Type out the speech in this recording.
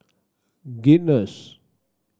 guinness